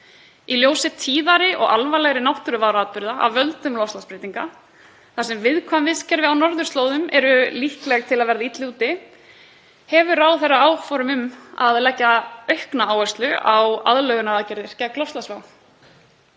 Í ljósi tíðari og alvarlegri náttúruváratburða af völdum loftslagsbreytinga, þar sem viðkvæm vistkerfi á norðurslóðum eru líkleg til að verða illa úti, hefur ráðherra áform um að leggja aukna áherslu á aðlögun á aðgerðir gegn loftslagsvánni?